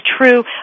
true